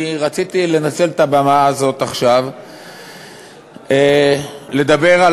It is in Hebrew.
אני רציתי לנצל את הבמה הזאת עכשיו לדבר על